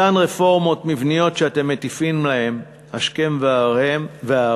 אותן רפורמות מבניות שאתם מטיפים להן השכם והערב,